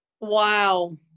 Wow